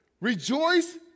rejoice